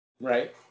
Right